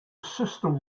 system